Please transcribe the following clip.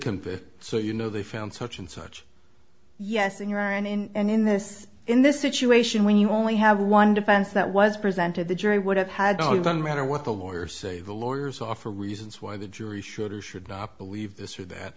confessed so you know they found such and such yes in urine and in this in this situation when you only have one defense that was presented the jury would have had no it doesn't matter what the lawyers say the lawyers offer reasons why the jury should or should not believe this or that